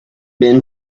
been